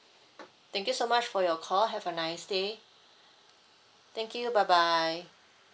thank you so much for your call have a nice day thank you bye bye